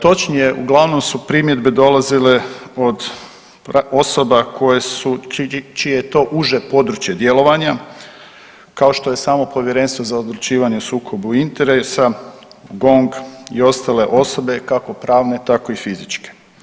Točnije, uglavnom su primjedbe dolazile od osoba koje su čije je to uže područje djelovanja kao što je samo Povjerenstvo za odlučivanje o sukobu interesa, GONG i ostale osobe kako pravne tako i fizičke.